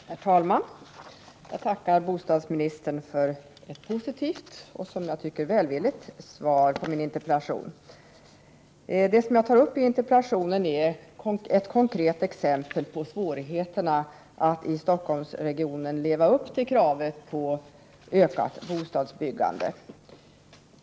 Herr talman! Jag tackar bostadsministern för ett positivt och som jag tycker välvilligt svar på min interpellation. Jag tar i interpellationen upp ett konkret exempel på svårigheterna att i Stockholmsregionen leva upp till kravet på ökat bostadsbyggande.